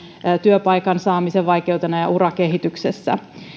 työpaikan saamisen vaikeutena ja urakehityksessä